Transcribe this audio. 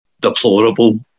deplorable